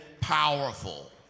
powerful